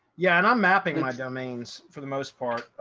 yeah. and i'm mapping my domains for the most part,